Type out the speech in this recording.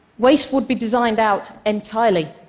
waste would be designed out entirely,